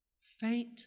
faint